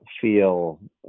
Feel